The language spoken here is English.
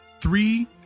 three